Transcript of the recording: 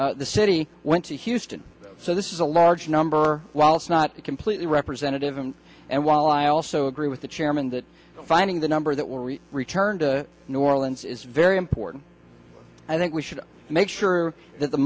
evacuated the city went to houston so this is a large number whilst not completely representative and and while i also agree with the chairman that finding the number that were returned to new orleans is very important i think we should make sure that the